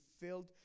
filled